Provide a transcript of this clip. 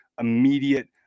immediate